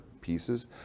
pieces